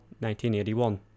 1981